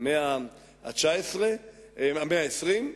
המאה ה-20,